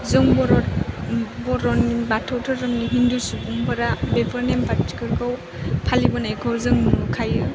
जों बर' बर'नि बाथौ धोरोमनि हिन्दु सुबुंफोरा बेफोर नेम खान्थिफोरखौ फालिबोनायखौ जों नुखायो